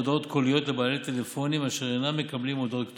הודעות קוליות לבעלי טלפונים אשר אינם מקבלים הודעות כתובות.